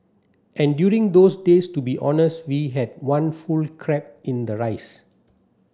and during those days to be honest we had one full crab in the rice